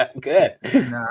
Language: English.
Good